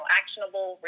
actionable